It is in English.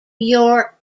york